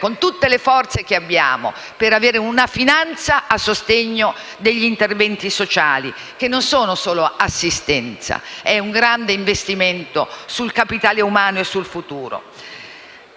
con tutte le forze che abbiamo, per avere una finanza a sostegno degli interventi sociali, che non sono solo assistenza, ma anche un grande investimento sul capitale umano e sul futuro.